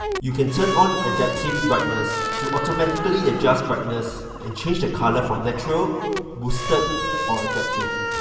you can turn on adaptive brightness to automatically adjust brightness and change the color from natural, boosted or adaptive.